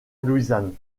louisiane